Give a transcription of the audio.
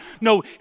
No